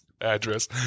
address